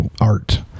art